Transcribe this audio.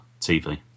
TV